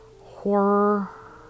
horror